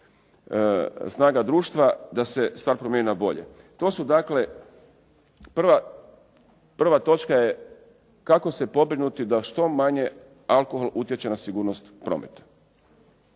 snaga društva, da se stvar promjeni na bolje. To su dakle prva točka je kako se pobrinuti da što manje alkohol utječe na sigurnost prometa.